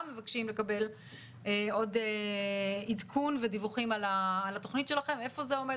מבקשים לקבל עוד עדכון ודיווחים על התוכנית שלכם ועל איפה זה עומד.